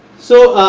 so,